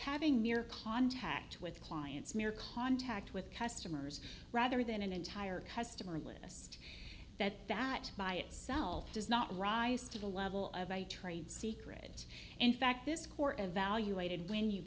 having mere contact with clients mere contact with customers rather than an entire customer list that fact by itself does not rise to the level of a trade secret in fact this core evaluated when you